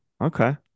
Okay